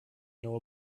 know